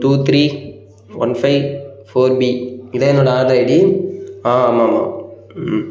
two three one five four B இதான் என்னோட ஆட்ரு ஐடி ஆ ஆமாம் ஆமாம் ம்